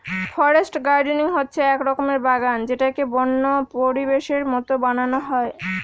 forest gardening হচ্ছে এক রকমের বাগান যেটাকে বন্য পরিবেশের মতো বানানো হয়